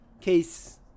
Case